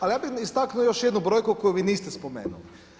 Ali ja bih istaknuo još jednu brojku koju vi niste spomenuli.